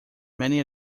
many